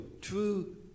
true